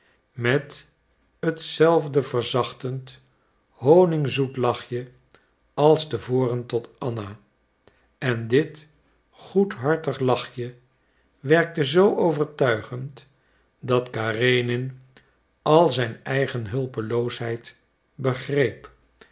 met hetzelfde verzachtend honingzoet lachje als te voren tot anna en dit goedhartig lachje werkte zoo overtuigend dat karenin al zijn eigen hulpeloosheid begreep